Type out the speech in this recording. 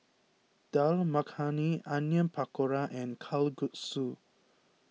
Dal Makhani Onion Pakora and Kalguksu